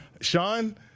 Sean